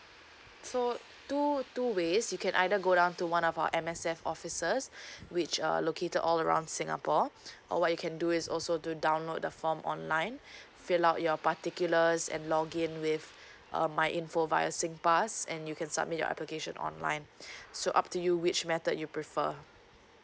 so two two ways you can either go down to one of our M_S_F offices which uh located all around singapore or what you can do is also to download the form online fill out your particulars and login with um my info via singpass and you can submit your application online so up to you which method you prefer